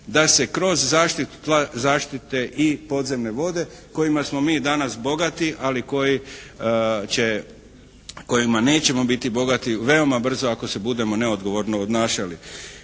zaštitu tla zaštite i podzemne vode kojima smo mi danas bogati ali koji će, kojima nećemo biti bogati veoma brzo ako se budemo neodgovorno odnašali